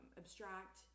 abstract